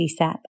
CSAP